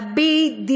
ה-BDS